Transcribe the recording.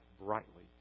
brightly